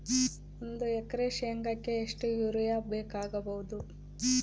ಒಂದು ಎಕರೆ ಶೆಂಗಕ್ಕೆ ಎಷ್ಟು ಯೂರಿಯಾ ಬೇಕಾಗಬಹುದು?